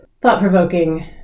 thought-provoking